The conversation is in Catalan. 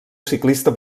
ciclista